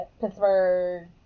Pittsburgh